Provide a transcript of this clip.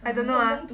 I don't know ah